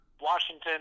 Washington